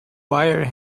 wire